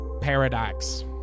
paradox